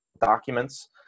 documents